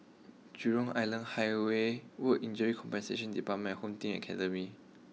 Jurong Island Highway Work Injury Compensation Department and Home Team Academy